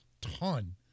ton